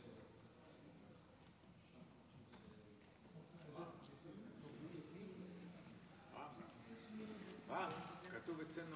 כתוב אצלנו